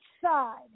side